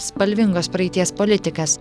spalvingos praeities politikas